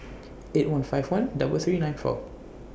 eight one five one double three nine four